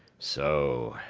so,